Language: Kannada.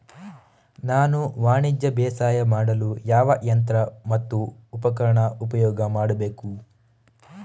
ನಾನು ವಾಣಿಜ್ಯ ಬೇಸಾಯ ಮಾಡಲು ಯಾವ ಯಂತ್ರ ಮತ್ತು ಉಪಕರಣ ಉಪಯೋಗ ಮಾಡಬೇಕು?